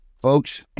folks